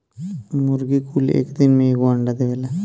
मुर्गी कुल एक दिन में एगो अंडा देवेला